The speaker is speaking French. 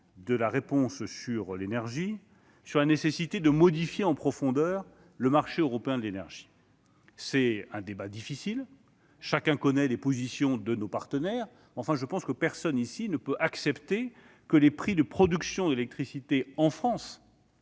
en matière d'énergie, sur la nécessité de modifier en profondeur le marché européen de l'énergie. C'est un débat difficile, chacun connaît les positions de nos partenaires, mais je pense que personne ici ne peut accepter que les prix de production de l'électricité en France,